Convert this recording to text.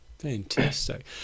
Fantastic